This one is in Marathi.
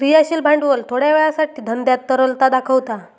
क्रियाशील भांडवल थोड्या वेळासाठी धंद्यात तरलता दाखवता